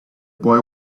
boy